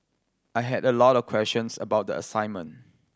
I had a lot of questions about the assignment